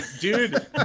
dude